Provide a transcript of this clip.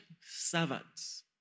servants